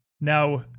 Now